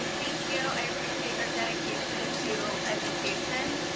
ah thank you, i appreciate your dedication to education.